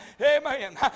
Amen